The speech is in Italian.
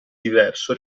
diverso